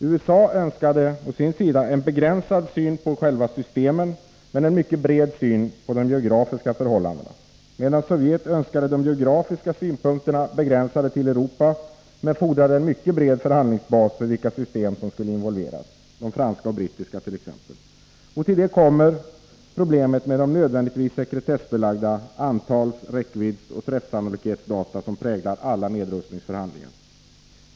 USA önskade en begränsad syn på själva systemen men en bred syn på de geografiska förhållandena, medan Sovjet önskade de geografiska synpunkterna begränsade till Europa men fordrade en bred förhandlingsbas för vilka system som skulle involveras, de franska och brittiska t.ex. Till detta kommer problemet med de nödvändigtvis sekretessbelagda antals-, räckviddsoch träffsannolikhetsdata som präglar alla nedrustningsförhandlingar.